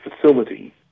facility